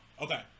Okay